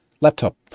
Laptop